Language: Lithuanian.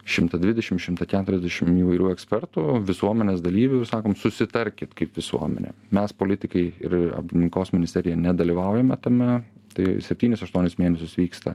šimtą dvidešim šimtą keturiasdešim įvairių ekspertų visuomenės dalyvių ir sakom susitarkit kaip visuomenė mes politikai ir aplinkos ministerija nedalyvaujame tame tai septynis aštuonis mėnesius vyksta